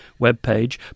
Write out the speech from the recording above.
webpage